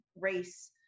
race